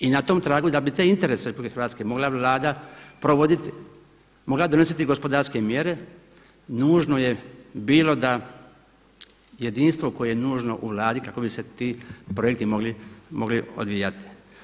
I na tom tragu da bi te interese RH mogla Vlada provoditi, mogla donositi gospodarske mjere, nužno je bilo da jedinstvo koje je nužno u Vladi kako bi se ti projekti mogli odvijati.